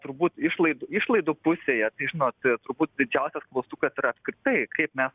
turbūt išlaidų išlaidų pusėje tai žinoti turbūt didžiausias klaustukas yra apskritai kaip mes